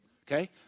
Okay